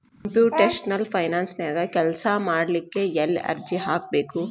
Computational ಫೈನಾನ್ಸನ್ಯಾಗ ಕೆಲ್ಸಾಮಾಡ್ಲಿಕ್ಕೆ ಎಲ್ಲೆ ಅರ್ಜಿ ಹಾಕ್ಬೇಕು?